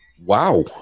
Wow